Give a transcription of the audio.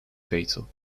fatal